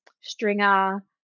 Stringer